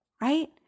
Right